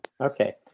Okay